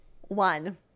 one